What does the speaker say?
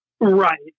Right